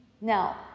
Now